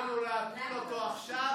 יכולנו להפיל אותו עכשיו.